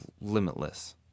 limitless